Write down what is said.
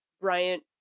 Bryant